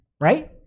right